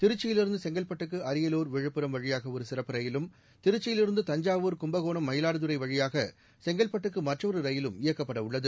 திருச்சியில் இருந்து செங்கல்பட்டுக்கு அரியலூர் விழுப்புரம் வழியாக ஒரு சிறப்பு ரயிலும் திருச்சியிலிருந்து தஞ்சாவூர் கும்பகோணம் மயிலாடுதுறை வழியாக செங்கல்பட்டுக்கு மற்றொரு ரயிலும் இயக்கப்பட உள்ளது